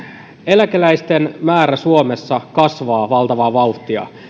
eläkeläisten määrä suomessa kasvaa valtavaa vauhtia